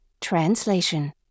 Translation